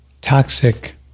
toxic